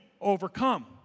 overcome